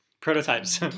prototypes